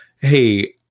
hey